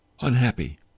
unhappy